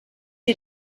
you